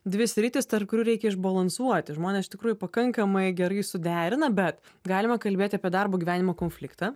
dvi sritys tarp kurių reikia išbalansuoti žmonės iš tikrųjų pakankamai gerai suderina bet galima kalbėti apie darbo gyvenimo konfliktą